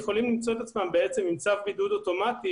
הם יכולים למצוא את עצמם עם צו בידוד אוטומטי,